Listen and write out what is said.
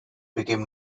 became